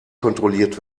kontrolliert